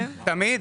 כן, תמיד.